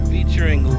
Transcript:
Featuring